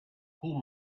pull